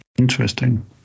Interesting